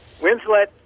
Winslet